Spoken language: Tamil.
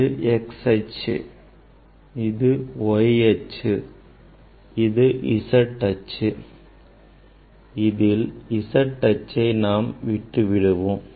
இது x அச்சு இது y அச்சு இது z அச்சு இதில் நாம் z அச்சை விட்டு விடுவோம்